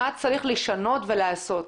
מה צריך לשנות ולעשות?